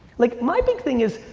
like my big thing is,